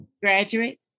graduate